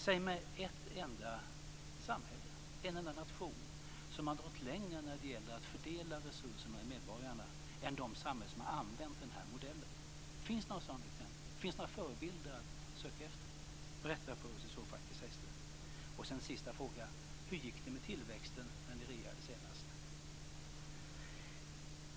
Säg mig ett enda samhälle, en enda nation, som har gått längre när det gäller att fördela resurserna till medborgarna än de samhällen som har använt denna modell? Finns det några sådana exempel? Finns det några förebilder att söka efter? Berätta det i så fall för oss, Chris Heister. Sedan en sista fråga: Hur gick det med tillväxten när ni regerade senast?